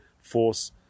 force